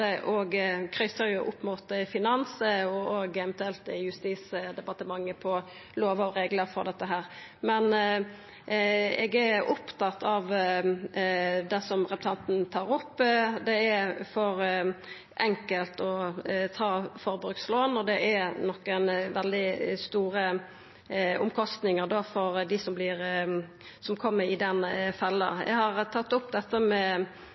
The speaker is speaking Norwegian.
kryssar opp mot Finansdepartementet og eventuelt Justisdepartementet, når det gjeld lovar og reglar for dette. Men eg er opptatt av det som representanten tar opp. Det er for enkelt å ta opp forbrukslån, og det er nokre veldig store omkostningar for dei som kjem i den fella. Eg har tatt opp dette med